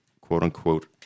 quote-unquote